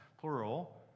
plural